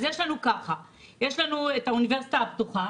יש לנו את האוניברסיטה הפתוחה,